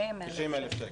90,000 שקל.